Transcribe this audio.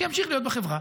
שימשיך להיות בחברה.